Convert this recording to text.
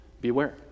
beware